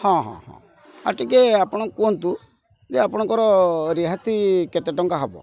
ହଁ ଆଉ ଟିକେ ଆପଣ କୁହନ୍ତୁ ଯେ ଆପଣଙ୍କର ରିହାତି କେତେ ଟଙ୍କା ହବ